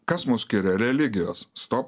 kas mus skiria religijos stop